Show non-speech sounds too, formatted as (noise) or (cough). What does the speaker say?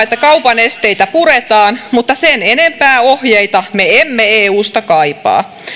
(unintelligible) että kaupan esteitä puretaan mutta sen enempää ohjeita me emme eusta kaipaa